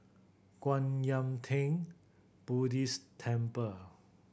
Kwan Yam Theng Buddhist Temple